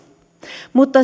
mutta